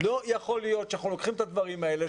לא יכול להיות שאנחנו לוקחים את הדברים האלה,